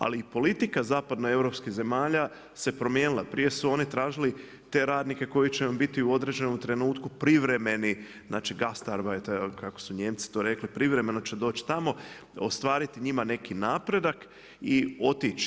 Ali politika zapadnoeuropskih zemalja se promijenila, prije su oni tražili te radnike koji će biti u određenom trenutku privremeni znači gastarbajter kako su Nijemci to rekli privremeno će doć tamo, ostvariti njima neki napredak i otići.